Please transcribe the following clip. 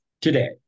today